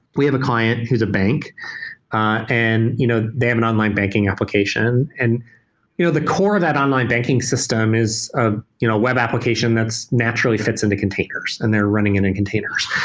we have a client who's a bank and you know they have an online banking application. and you know the core of that online banking system is a you know web application that's naturally fits into containers and they're running in and containers,